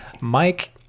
mike